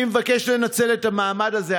אני מבקש לנצל את המעמד הזה,